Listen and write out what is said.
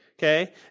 Okay